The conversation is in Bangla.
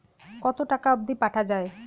কতো টাকা অবধি পাঠা য়ায়?